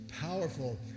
powerful